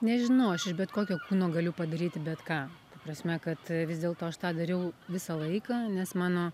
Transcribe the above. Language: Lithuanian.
nežinau aš iš bet kokio kūno galiu padaryti bet ką ta prasme kad vis dėlto aš tą dariau visą laiką nes mano